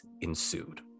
ensued